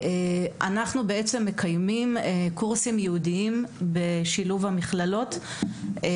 אנחנו מקיימים קורסים ייעודיים בשילוב המכללות,